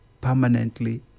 permanently